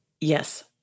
Yes